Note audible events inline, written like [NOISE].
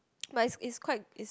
[NOISE] but it's it's quite it's